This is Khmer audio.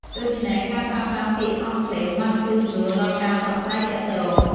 ដូច្នេះការប្រើប្រាស់ពាក្យអង់គ្លេសបានជួយសម្រួលដល់ការប្រាស្រ័យទាក់ទង។